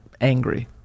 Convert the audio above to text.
angry